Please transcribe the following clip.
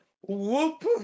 whoop